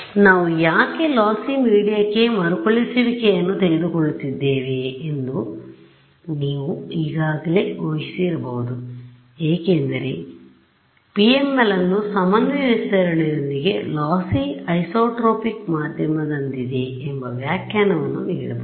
ನಾವು ಯಾಕೆ ಲೋಸ್ಸಿ ಮೀಡಿಯಾಕ್ಕೆ ಮರುಕಳಿಸುವಿಕೆಯನ್ನು ತೆಗೆದುಕೊಳ್ಳುತ್ತಿದ್ದೇವೆ ಎಂದು ನೀವು ಈಗಾಗಲೇ ಊಹಿಸಿರಬಹುದು ಏಕೆಂದರೆ ನಾವು ಈಗಾಗಲೇ PMLಅನ್ನು ಸಮನ್ವಯ ವಿಸ್ತರಣೆಯೊಂದಿಗೆ ಲೋಸ್ಸಿ ಐಸೊಟ್ರೊಪಿಕ್ ಮಾಧ್ಯಮದಂತಿದೆ ಎಂಬ ವ್ಯಾಖ್ಯಾನವನ್ನು ನೀಡಬಹುದು